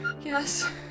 Yes